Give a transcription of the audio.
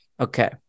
Okay